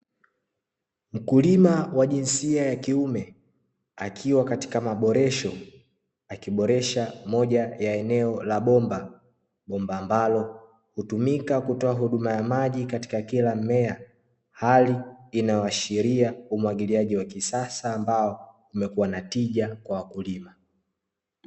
Mkulima wa jinsia ya kiume akiwa katika maboresho akiboresha moja ya eneo la bomba. Bomba ambalo hutumika kutoa huduma ya maji katika kila mmea, hali inayoashiria umwagiliaji wa kisasa ambao umekuwa na tija kwa wakulima.